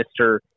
Mr